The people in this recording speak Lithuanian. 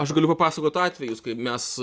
aš galiu papasakot atvejus kai mes